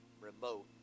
remote